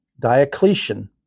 Diocletian